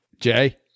Jay